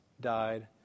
died